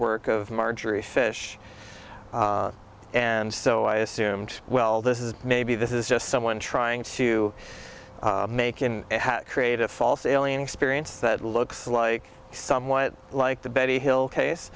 work of marjorie's fish and so i assumed well this is maybe this is just someone trying to make it create a false alien experience that looks like somewhat like the betty hill case